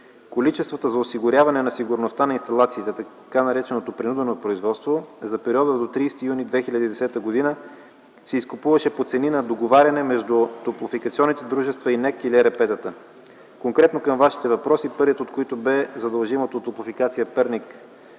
Количеството за осигуряване сигурността на инсталациите – така нареченото принудено производство, е за периода до 30 юни 2010 г. и се изкупуваше по цени на договаряне между топлофикационните дружества и НЕК и ЕРП-та. Конкретно към вашите въпроси, първият от които бе за дължимото от „Топлофикация - Перник”